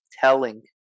telling